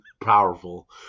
powerful